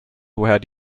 woher